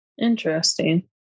Interesting